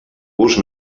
gust